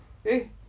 eh